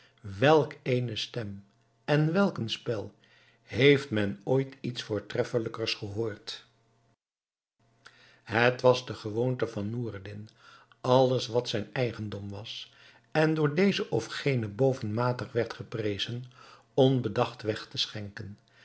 welk eene stem en welk een spel heeft men ooit iets voortreffelijkers gehoord het was de gewoonte van noureddin alles wat zijn eigendom was en door dezen of genen bovenmatig werd geprezen onbedacht weg te schenken